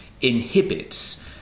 inhibits